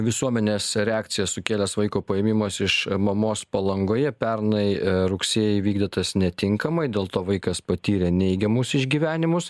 visuomenės reakciją sukėlęs vaiko paėmimas iš mamos palangoje pernai rugsėjį įvykdytas netinkamai dėl to vaikas patyrė neigiamus išgyvenimus